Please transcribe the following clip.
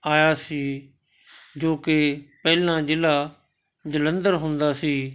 ਆਇਆ ਸੀ ਜੋ ਕਿ ਪਹਿਲਾਂ ਜ਼ਿਲ੍ਹਾ ਜਲੰਧਰ ਹੁੰਦਾ ਸੀ